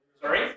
Sorry